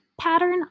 pattern